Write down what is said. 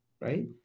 right